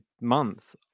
month